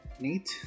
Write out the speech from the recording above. Neat